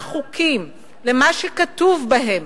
לחוקים, למה שכתוב בהם,